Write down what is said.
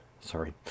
sorry